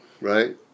right